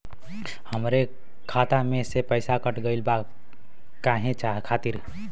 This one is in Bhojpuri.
हमरे खाता में से पैसाकट गइल बा काहे खातिर?